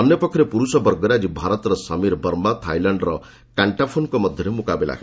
ଅନ୍ୟ ପକ୍ଷରେ ପୁରୁଷ ବର୍ଗରେ ଆଜି ଭାରତର ସମୀର ବର୍ମା ଥାଇଲାଣ୍ଡର କାଷ୍ଟାଫୋନଙ୍କ ମଧ୍ୟରେ ମୁକାବିଲା ହେବ